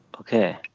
Okay